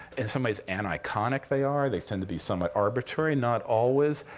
in some ways, aniconic they are. they tend to be somewhat arbitrary, not always.